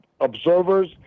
observers